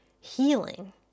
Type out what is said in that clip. Healing